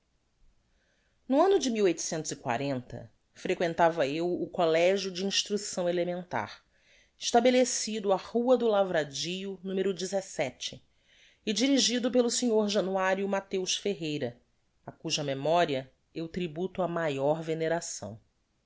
ii no anno de frequentava eu o collegio de instrucção elementar estabelecido á rua do lavradio n e dirigido pelo sr januario matheus ferreira á cuja memoria eu tributo a maior veneração